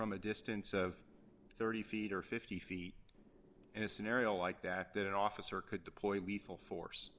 from a distance of thirty feet or fifty feet in a scenario like that that an officer could deploy a lethal force